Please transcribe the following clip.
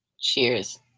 cheers